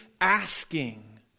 asking